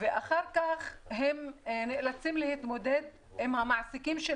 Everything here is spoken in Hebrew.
אחר כך להתמודד מול המעסיקים.